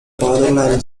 fatherland